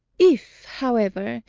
if, however,